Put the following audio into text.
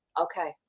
Okay